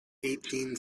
eighteen